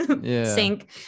sink